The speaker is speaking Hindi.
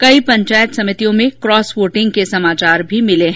कई प्रचायत समितियों में क्रॉस वोटिंग के समाचार भी मिले हैं